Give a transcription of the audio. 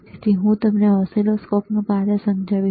તેથી હું તમને ઓસિલોસ્કોપનું કાર્ય સમજાવીશ